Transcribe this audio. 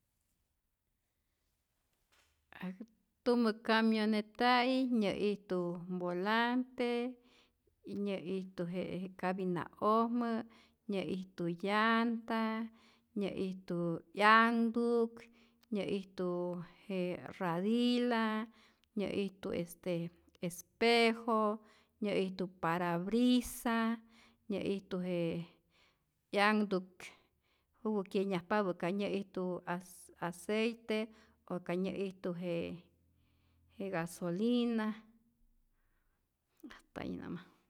Tumä camioneta'i nyä'ijtu volante, nyä'ijtu je cabina'ojmä, nyä'ijtu llanta, nyä'ijtu 'yanhtuk, nyä'ijtu je radila, nyä'ijtu espejo, nyä'ijtu parabrisa, nyä'ijtu je 'yanhtuk juwä kyenyajpapä ka nyä'ijtu aceite, o ka nyä'ijtu je je gasolina. Hasta ahi namas.